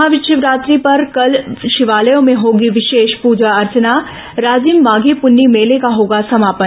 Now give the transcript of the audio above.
महाशिवरात्रि पर कल शिवालयों में होगी विशेष प्रजा अर्चनाराजिम माघी पुन्नी मेले का होगा समापन